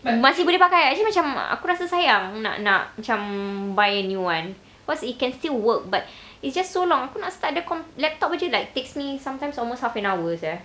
but masih boleh pakai actually macam aku rasa sayang nak nak macam buy a new one cause it can still work but it's just so long aku nak start the comp~ laptop jer like takes me sometimes almost half an hour sia